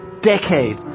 decade